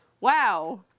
wow